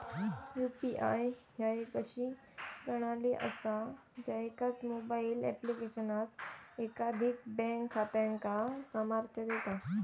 UPI ह्या एक अशी प्रणाली असा ज्या एकाच मोबाईल ऍप्लिकेशनात एकाधिक बँक खात्यांका सामर्थ्य देता